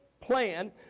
plan